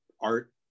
art